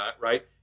right